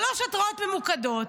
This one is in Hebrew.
שלוש התרעות ממוקדות.